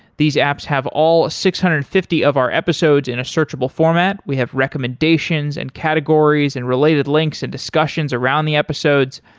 these apps have all six hundred and fifty of our episodes in a searchable format. we have recommendations and categories and related links and discussions around the episodes.